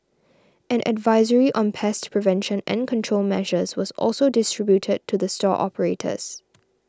an advisory on pest prevention and control measures was also distributed to the store operators